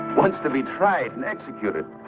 want to be trite and executed